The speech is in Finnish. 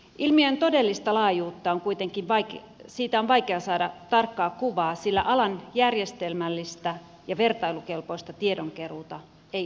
ilmiön todellisesta laajuudesta on kuitenkin vaikea saada tarkkaa kuvaa sillä järjestelmällistä ja vertailukelpoista tiedonkeruuta alalta ei ole